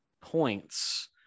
points